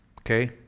Okay